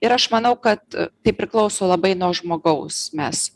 ir aš manau kad tai priklauso labai nuo žmogaus mes